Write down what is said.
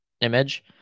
image